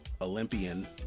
Olympian